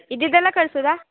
ಇದ್ದಿದ್ದೆಲ್ಲ ಕಳ್ಸೋದಾ